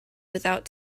without